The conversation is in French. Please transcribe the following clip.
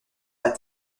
pas